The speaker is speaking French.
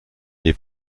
les